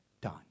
done